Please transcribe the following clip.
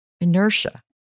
inertia